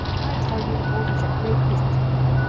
i tell you the boulters are great business people.